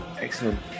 Excellent